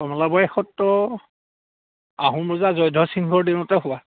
কমলাবাৰী সত্ৰ আহোম ৰজা জয়ধ্বজ সিংহৰ দিনতে হোৱা